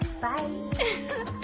Bye